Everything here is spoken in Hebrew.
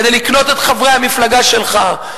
כדי לקנות את חברי המפלגה שלךָ.